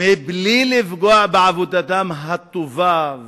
בלי לפגוע בעבודה הטובה,